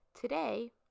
Today